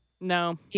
No